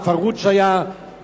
ה"פרהוד" שהיה בעירק,